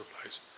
place